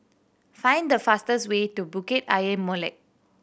find the fastest way to Bukit Ayer Molek